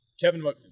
Kevin